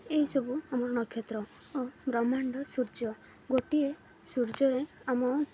ଏଇସବୁ ଆମର ନକ୍ଷତ୍ର ଓ ବ୍ରହ୍ମାଣ୍ଡ ସୂର୍ଯ୍ୟ ଗୋଟିଏ ସୂର୍ଯ୍ୟରେ ଆମ